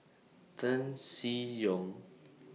Tan Seng Yong